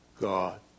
God